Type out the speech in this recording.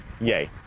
Yay